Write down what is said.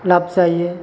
लाप जायो